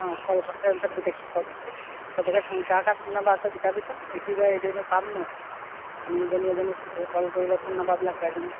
অঁ কল কনফাৰেঞ্চত গোটেইখিনি লগ লাগিম সবকে ফোন কাৰ কাৰ ফোন নাম্বাৰ আছে গোটাবিচোন ইটোদৰে সিটো এ পাম নহ্ আমি ইজনীয়ে সিজনীক কল কৰিলে ফোন নাম্বাৰবিলাক পাই যাম